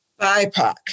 BIPOC